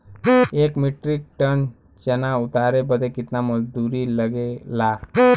एक metric tonne चना उतारे बदे कितना मजदूरी लगे ला?